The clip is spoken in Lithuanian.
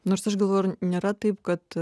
nors aš galvoju ar nėra taip kad